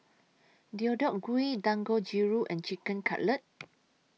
Deodeok Gui Dangojiru and Chicken Cutlet